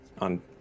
on